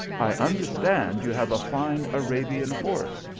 i understand you have a fine arabian horse.